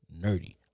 nerdy